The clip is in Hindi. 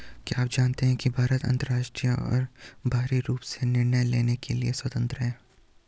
क्या आप जानते है भारत आन्तरिक और बाहरी रूप से निर्णय लेने के लिए स्वतन्त्र है?